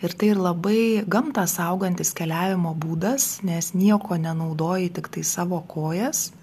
ir tai ir labai gamtą saugantis keliavimo būdas nes nieko nenaudoji tiktai savo kojas